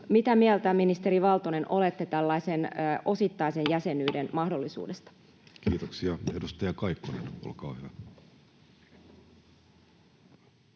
Mitä mieltä, ministeri Valtonen, olette tällaisen osittaisen jäsenyyden mahdollisuudesta? Kiitoksia. — Edustaja Kaikkonen, olkaa hyvä.